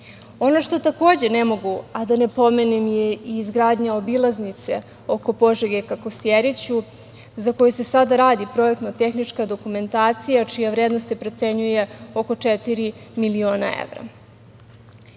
što takođe, ne mogu a da ne pomenem je i izgradnja obilaznice oko Požege ka Kosjeriću, za koji se sada radi projektno-tehnička dokumentacija čija vrednost se procenjuje oko četiri miliona evra.